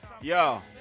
Yo